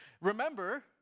Remember